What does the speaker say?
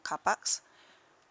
car parks